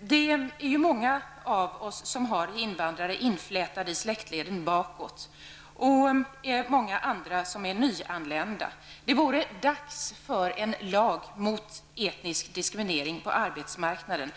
Det är många av oss som har invandrare inflätade i släktleden bakåt, och det är många andra som är nyanlända. Det vore dags för en lag mot etnisk diskriminering på arbetsmarknaden.